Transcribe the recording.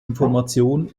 information